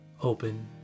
open